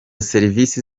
serivise